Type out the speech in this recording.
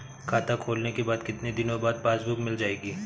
खाता खोलने के कितनी दिनो बाद पासबुक मिल जाएगी?